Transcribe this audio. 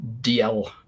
DL